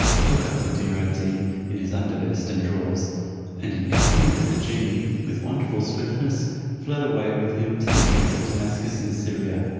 took up buddir ad deen in his under vest and drawers and in company with the genie with wonderful swiftness fled away with him to the gates of damascus in syria,